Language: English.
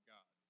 God